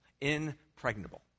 impregnable